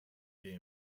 gay